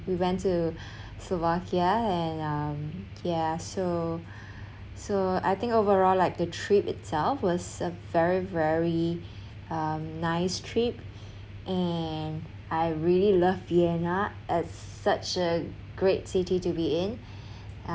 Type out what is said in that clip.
we went to slovakia and uh ya so so I think overall like the trip itself was a very very um nice trip and I really love vienna it's such a great city to be in